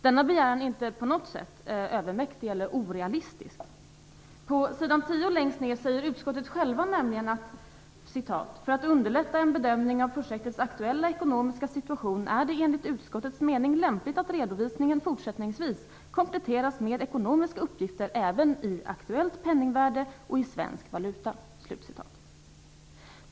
Denna begäran är inte på något sätt orealistisk och innebär inte någon övermäktig uppgift. På s. 10 längst ned säger utskottet självt nämligen: "För att underlätta en bedömning av projektets aktuella ekonomiska situation är det enligt utskottets mening lämpligt att redovisningen fortsättningsvis kompletteras med ekonomiska uppgifter även i aktuellt penningvärde och i svensk valuta."